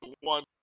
one